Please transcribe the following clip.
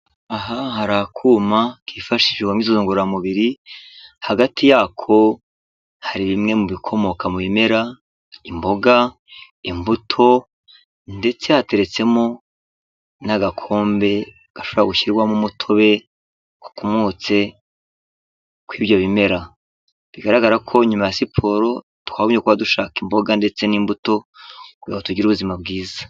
Aha hari akuma kifashishwa mumyitozongororamubiri, hagati yako hari bimwe mu bikomoka mu bimera imboga, imbuto, ndetse hateretsemo n'agakombe gashobora gushyirwamo umutobe gakomotse ku ibyo bimera. Bigaragara ko nyuma ya siporo twagombye kuba dushaka imboga ndetse n'imbuto tugira ngo tugire ubuzima bwiza.